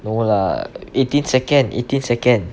no lah eighteen second eighteen second